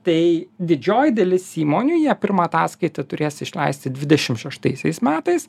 tai didžioji dalis įmonių jie pirmą ataskaitą turės išleisti dvidešim šeštaisiais metais